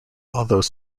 although